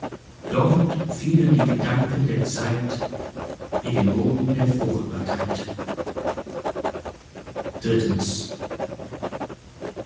dort fielen die gedanken der zeit in den boden der fruchtbarkeit